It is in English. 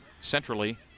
Centrally